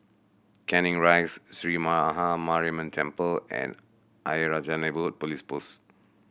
Canning Rise Sree Maha Mariamman Temple and Ayer Rajah Neighbourhood Police Post